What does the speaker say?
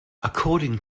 according